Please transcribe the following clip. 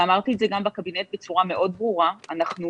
ואמרתי את זה גם בקבינט בצורה מאוד ברורה: אנחנו